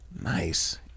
Nice